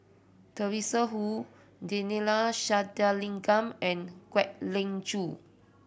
Teresa Hsu Neila Sathyalingam and Kwek Leng Joo